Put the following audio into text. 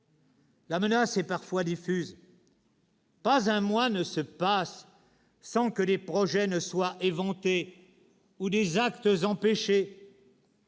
La menace est partout, diffuse. Pas un mois ne passe sans que des projets ne soient éventés ou des actes empêchés.